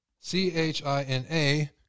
C-H-I-N-A